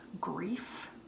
grief